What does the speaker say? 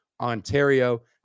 Ontario